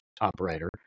operator